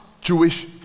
Jewish